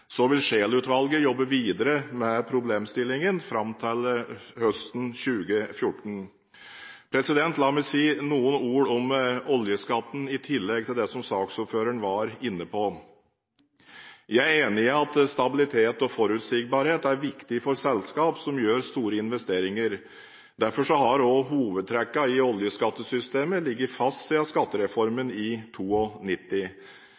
Så vil Scheel-utvalget jobbe videre med problemstillingen fram til høsten 2014. La meg si noen ord om oljeskatten, i tillegg til det som saksordføreren var inne på. Jeg er enig i at stabilitet og forutsigbarhet er viktig for selskap som gjør store investeringer. Derfor har også hovedtrekkene i oljeskattesystemet ligget fast